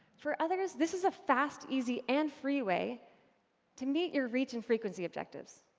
for others, this is a fast, easy, and free way to meet your reach and frequency objectives,